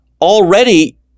already